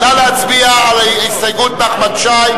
נא להצביע על ההסתייגות של חבר הכנסת נחמן שי.